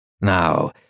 Now